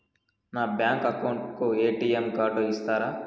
నా bank account కు ATM card ఇస్తారా